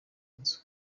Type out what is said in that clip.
nzu